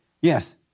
Yes